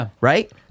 right